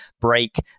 break